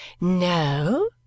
No